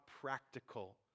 practical